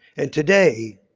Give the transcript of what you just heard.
and today,